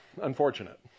unfortunate